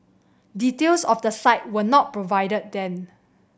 details of the site were not provided then